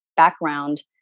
background